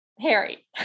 Harry